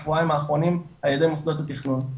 שבועיים האחרונים ע"י מוסדות התכנון,